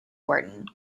wharton